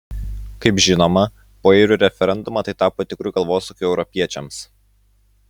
kaip žinoma po airių referendumo tai tapo tikru galvosūkiu europiečiams